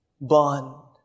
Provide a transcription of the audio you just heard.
bond